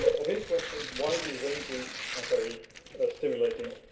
of interesting, widely ranging, and very ah stimulating,